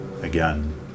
again